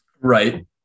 Right